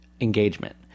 engagement